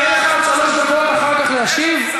אתה יכול אחרי זה להשיב.